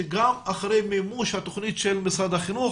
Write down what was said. וגם אחרי מימוש התכנית של משרד החינוך,